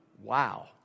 Wow